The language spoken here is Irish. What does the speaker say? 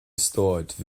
stáit